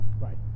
Right